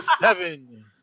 Seven